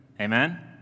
Amen